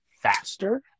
faster